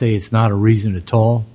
say it's not a reason to tall